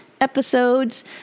episodes